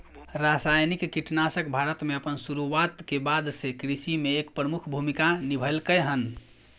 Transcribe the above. रासायनिक कीटनाशक भारत में अपन शुरुआत के बाद से कृषि में एक प्रमुख भूमिका निभलकय हन